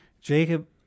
Jacob